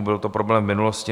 Byl to problém v minulosti.